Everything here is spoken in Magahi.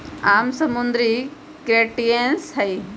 आम समुद्री क्रस्टेशियंस हई